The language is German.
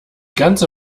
ganze